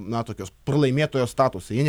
na tokios pralaimėtojo statusą jie